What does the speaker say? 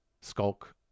skulk